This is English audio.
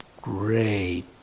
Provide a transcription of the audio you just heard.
great